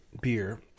beer